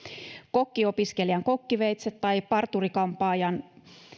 kokkiopiskelijan kokkiveitset tai parturi kampaajan